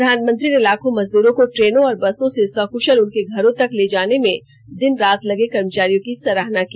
प्रधानमंत्री ने लाखों मजदूरों को ट्रेनों और बसों से सक्शल उनके घरों तक ले जाने में दिन रात लगे कर्मचारियों की सराहना की